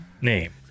name